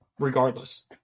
Regardless